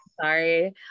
Sorry